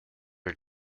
her